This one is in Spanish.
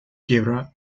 quiebra